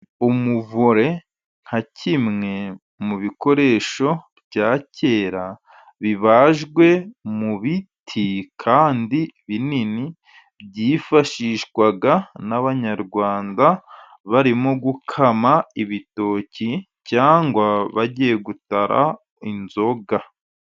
Umuvure nka kimwe mu bikoresho bya kera bibajwe mu biti kandi binini, byifashishwaga n'abanyarwanda barimo gukama ibitoki, cyangwa bagiye gutara inzoga.